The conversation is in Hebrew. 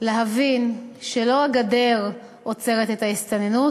להבין שלא הגדר עוצרת את ההסתננות,